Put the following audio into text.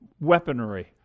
weaponry